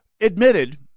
admitted